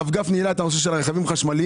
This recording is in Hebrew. הרב גפני העלה את הנושא של הרכבים החשמליים.